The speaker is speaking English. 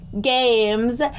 games